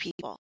people